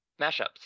mashups